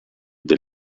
del